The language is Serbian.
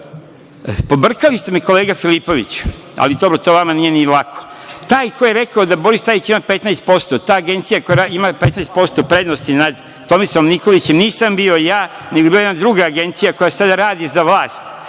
ste me, kolega Filipoviću, ali dobro, to vama nije ni lako. Taj koji je rekao da Boris Tadić ima 15%, ta agencija koja ima 15% prednosti nad Tomislavom Nikolićem nisam bio ja, nego je bila jedna druga agencija koja sada radi za vlast